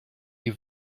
you